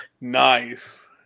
Nice